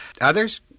Others